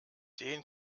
den